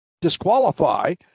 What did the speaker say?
disqualify